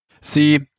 see